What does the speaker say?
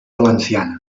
valenciana